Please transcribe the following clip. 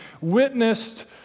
witnessed